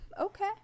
okay